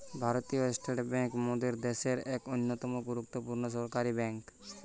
ভারতীয় state bank মোদের দ্যাশের এক অন্যতম গুরুত্বপূর্ণ সরকারি বেঙ্ক